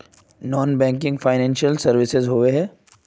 Non banking financial services होबे है?